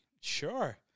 Sure